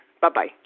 Bye-bye